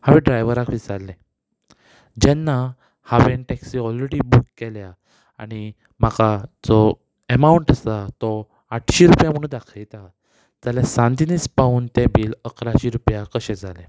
हांवें ड्रायव्हराक विचारलें जेन्ना हांवें टॅक्सी ऑलरेडी बूक केल्या आनी म्हाका जो एमावंट आसा तो आठशीं रुपया म्हणून दाखयता जाल्या सांत इनेज पावून तें बील इकरायशीं रुपया कशें जालें